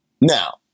Now